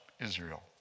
israel